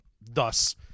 thus